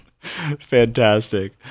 Fantastic